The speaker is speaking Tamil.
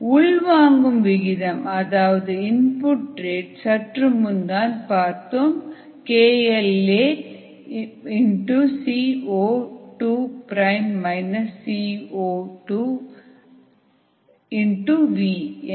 உள்வாங்கும் விகிதம் அதாவது இன்புட் ரேட் சற்று முன் பார்த்தோம் KLaCO2 CO2V என்று